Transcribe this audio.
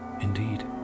Indeed